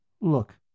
Look